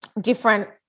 different